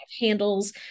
handles